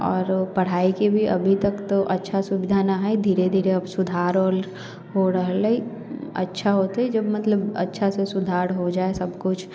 आरू पढाइके भी अभी तक तऽ अच्छा सुविधा नहि है धीरे धीरे अब सुधार हो हो रहल अछि अच्छा हौते जे मतलब अच्छासँ सुधार हो जाइ सब कुछ